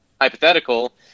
hypothetical